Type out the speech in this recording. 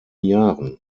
jahren